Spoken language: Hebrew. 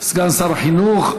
סגן שר החינוך.